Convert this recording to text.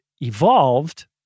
evolved